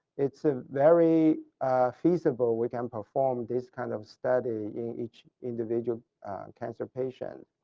it's a very feasible we can perform this kind of study in each individual cancer patient.